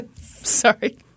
Sorry